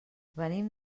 venim